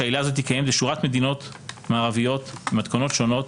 עילת הסבירות קיימת בשורת מדינות מערביות במתכונות שונות,